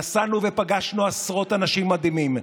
נסענו ופגשנו עשרות אנשים מדהימים,